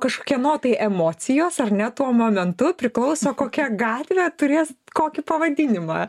kažkieno tai emocijos ar ne tuo momentu priklauso kokia gatvė turės kokį pavadinimą